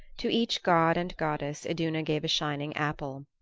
to each god and goddess iduna gave a shining apple.